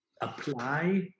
apply